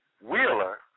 Wheeler